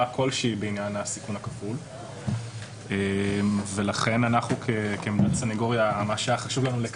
כלשהי בעניין הסיכון הכפול ולכן מה שהיה חשוב לנו כסנגוריה לקדם,